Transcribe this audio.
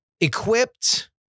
equipped